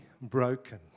broken